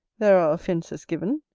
there are offences given,